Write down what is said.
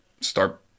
Start